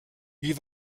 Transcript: wie